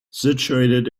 situated